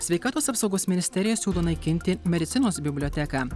sveikatos apsaugos ministerija siūlo naikinti medicinos biblioteką